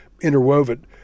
interwoven